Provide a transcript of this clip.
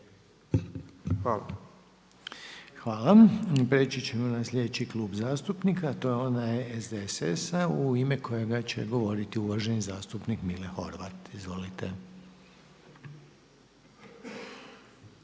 (HDZ)** Hvala. Priječi ćemo na sljedeći klub zastupnika a to je onaj SDSS-a u ime kojega će govoriti uvaženi zastupnik Mile Horvat. Izvolite.